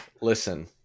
Listen